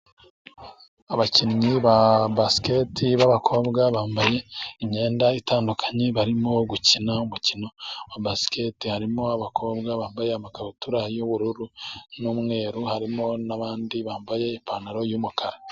Abakinnyi ba basikete b'abakobwa bambaye imyenda itandukanye barimo gukina umukino wa basikete, harimo abakobwa bambaye amakabutura y'ubururu n'umweru, harimo n'abandi bambaye ipantaro y'umukara.